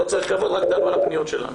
לא צריך כבוד, רק תענו על הפניות שלנו.